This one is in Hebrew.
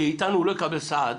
כי מאיתנו הוא לא יקבל סעד.